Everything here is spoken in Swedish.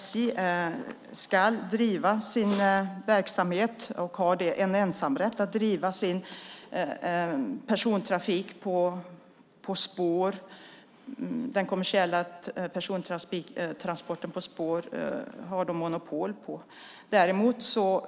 SJ ska driva sin verksamhet och har ensamrätt att driva kommersiell persontransport på spår. Det har de monopol på.